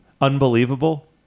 Unbelievable